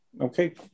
okay